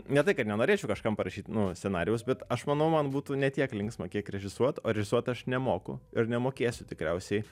ne tai kad nenorėčiau kažkam parašyt nu scenarijaus bet aš manau man būtų ne tiek linksma kiek režisuot o režisuot aš nemoku ir nemokėsiu tikriausiai